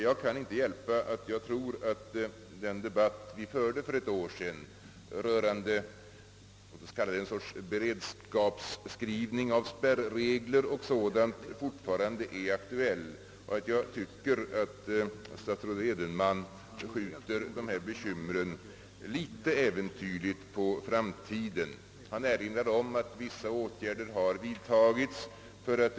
Jag kan inte hjälpa att jag tror att den debatt vi förde för ett år sedan — låt oss kalla den en sorts beredskapsskrivning av spärregler och sådant — fortfarande är aktuell och att jag tycker att statsrådet Edenman skjuter de här bekymren litet äventyrligt på framtiden. Han erinrar om att vissa åtgärder har vidtagits.